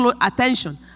attention